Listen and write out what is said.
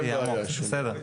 בסדר.